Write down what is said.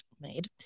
made